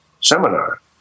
seminar